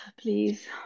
please